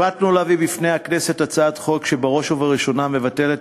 החלטנו להביא בפני הכנסת הצעת חוק שבראש ובראשונה מבטלת